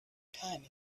time